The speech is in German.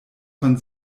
von